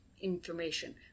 information